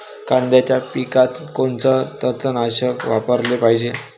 कांद्याच्या पिकात कोनचं तननाशक वापराले पायजे?